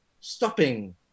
stopping